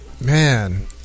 Man